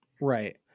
Right